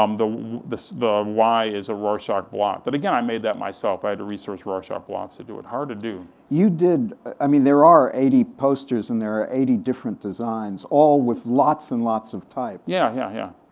um the the so y is a rorschach blot, but again, i made that myself, i had to research rorschach blots, to do it, hard to do. you did, i mean there are eighty posters, and there are eighty different designs, all with lots and lots of type. yeah, yeah, yeah.